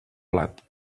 plat